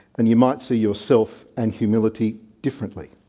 and you might see yourself and humility differently.